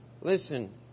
listen